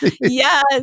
Yes